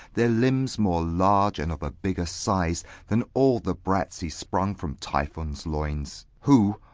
their limbs more large and of a bigger size than all the brats y-sprung from typhon's loins who,